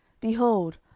behold,